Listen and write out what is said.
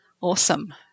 awesome